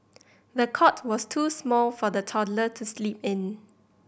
the cot was too small for the toddler to sleep in